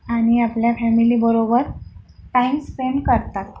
आणि आपल्या फॅमिलीबरोबर टाइम स्पेंड करतात